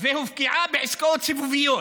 והופקעה בעסקאות סיבוביות.